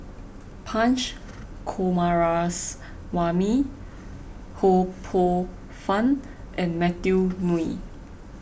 Punch Coomaraswamy Ho Poh Fun and Matthew Ngui